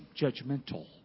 judgmental